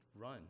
run